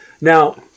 Now